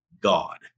God